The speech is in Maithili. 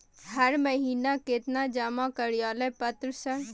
हर महीना केतना जमा कार्यालय पत्र सर?